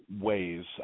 ways